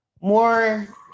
more